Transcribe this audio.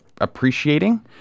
appreciating